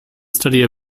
study